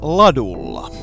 ladulla